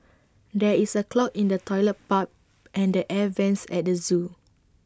there is A clog in the Toilet Pipe and the air Vents at the Zoo